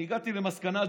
אני הגעתי למסקנה,